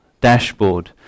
dashboard